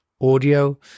audio